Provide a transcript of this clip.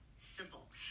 simple